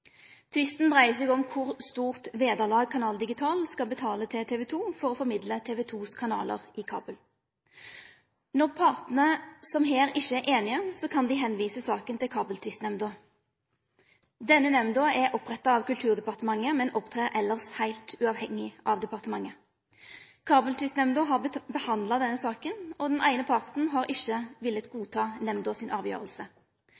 Tvisten dreier seg om kor stort vederlag Canal Digital skal betale til TV 2 for å formidle TV 2s kanalar i kabel. Når partane, som her, ikkje er einige, kan dei sende saka til Kabeltvistnemnda. Denne nemnda er oppretta av Kulturdepartementet, men opptrer elles heilt uavhengig av departementet. Kabeltvistnemnda har behandla denne saka, og den eine parten har ikkje